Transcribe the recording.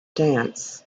dance